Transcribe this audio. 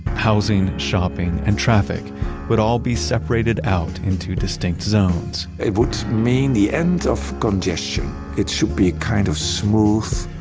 housing, shopping, and traffic would all be separated out into distinct zones it would mean the end of congestion. it should be a kind of smooth,